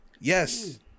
Yes